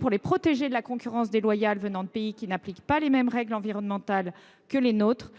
pour les protéger de la concurrence déloyale venant de pays qui n’appliquent pas les mêmes règles environnementales que les nôtres,